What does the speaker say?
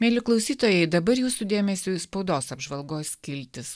mieli klausytojai dabar jūsų dėmesiui spaudos apžvalgos skiltis